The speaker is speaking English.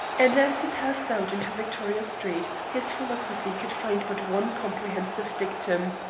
and as he passed out into victoria street his philosophy could find but one comprehensive dictum.